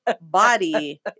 body